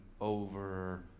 over